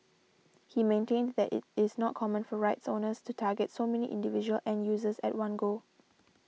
he maintained that it is not common for rights owners to target so many individual end users at one go